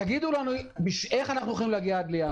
תגידו לנו איך אנחנו יכולים להגיע עד לינואר.